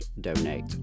donate